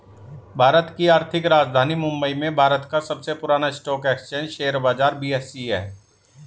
भारत की आर्थिक राजधानी मुंबई में भारत का सबसे पुरान स्टॉक एक्सचेंज शेयर बाजार बी.एस.ई हैं